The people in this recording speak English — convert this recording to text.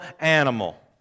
animal